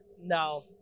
No